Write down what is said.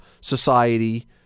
society